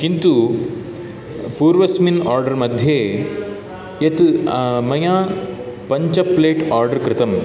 किन्तु पूर्वस्मिन् आर्डर् मध्ये यत् मया पञ्च प्लेट् आर्डर् कृतम्